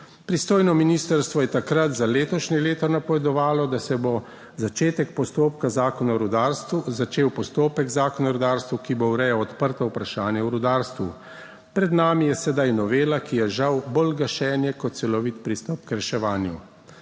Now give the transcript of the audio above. Pristojno ministrstvo je takrat za letošnje leto napovedovalo, da se bo začetek postopka Zakona o rudarstvu, začel postopek Zakona o rudarstvu, ki bo urejal odprta vprašanja o rudarstvu. Pred nami je sedaj novela, ki je žal bolj gašenje kot celovit pristop k reševanju.